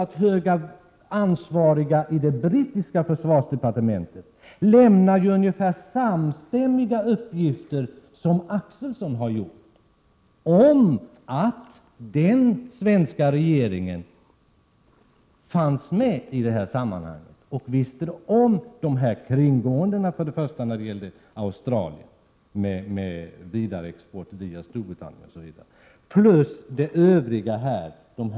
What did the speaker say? De höga ansvariga i det brittiska försvarsdepartementet lämnar i stort sett med Sigfrid Akselson samstämmiga uppgifter och säger att den svenska regeringen visste om denna kringgående vapenexport till Australien via Storbritannien tillsammans med de övriga avtalen.